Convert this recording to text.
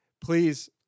Please